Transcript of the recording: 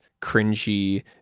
cringy